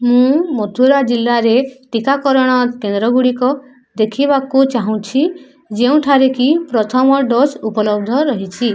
ମୁଁ ମଥୁରା ଜିଲ୍ଲାରେ ଟିକାକରଣ କେନ୍ଦ୍ରଗୁଡ଼ିକ ଦେଖିବାକୁ ଚାହୁଁଛି ଯେଉଁଠାରେକି ପ୍ରଥମ ଡୋଜ୍ ଉପଲବ୍ଧ ରହିଛି